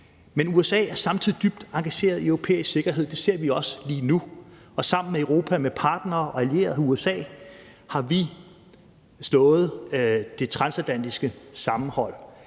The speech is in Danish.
Men USA er samtidig dybt engageret i europæisk sikkerhed. Det ser vi også lige nu, og sammen med Europa, med partnere og allierede, har USA slået det transatlantiske sammenhold,